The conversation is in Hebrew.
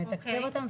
מתקצב אותם,